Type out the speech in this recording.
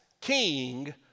king